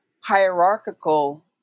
hierarchical